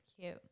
cute